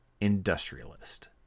industrialist